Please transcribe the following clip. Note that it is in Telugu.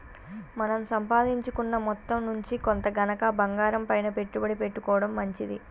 మన సంపాదించుకున్న మొత్తం నుంచి కొంత గనక బంగారంపైన పెట్టుబడి పెట్టుకోడం మంచిది